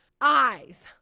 eyes